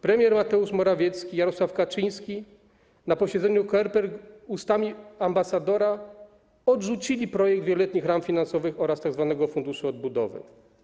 Premier Mateusz Morawiecki, Jarosław Kaczyński na posiedzeniu COREPER ustami ambasadora odrzucili projekt wieloletnich ram finansowych oraz tzw. funduszu odbudowy.